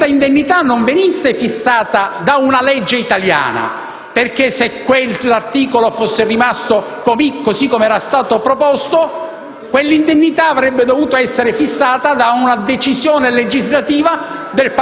questa indennità non venisse fissata da una legge italiana, perché, se quell'articolo fosse rimasto così com'era stato proposto, tale indennità avrebbe dovuto essere fissata da una decisione legislativa